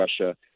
Russia